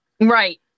Right